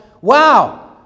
wow